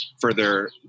further